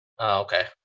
okay